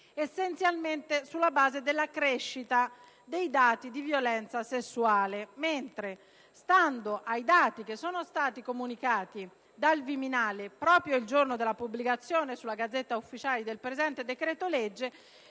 essenzialmente sulla base della crescita dei casi di violenza sessuale, mentre dai dati che sono stati comunicati dal Viminale proprio il giorno della pubblicazione sulla *Gazzetta Ufficiale* del presente decreto-legge,